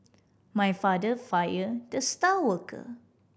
my father fired the star worker